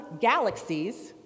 galaxies